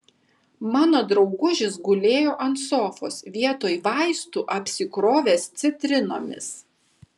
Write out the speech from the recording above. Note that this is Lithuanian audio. mano draugužis gulėjo ant sofos vietoj vaistų apsikrovęs citrinomis